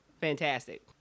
Fantastic